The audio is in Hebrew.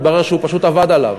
מתברר שהוא פשוט עבד עליו.